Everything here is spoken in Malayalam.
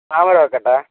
താമര വെക്കട്ടെ